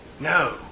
No